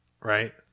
Right